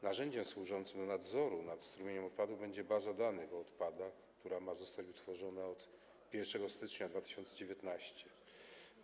Narzędziem służącym do nadzoru nad strumieniem odpadów będzie baza danych o odpadach, która ma zostać utworzona do 1 stycznia 2019 r.